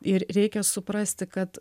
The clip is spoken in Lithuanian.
ir reikia suprasti kad